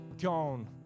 Gone